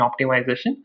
optimization